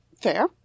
Fair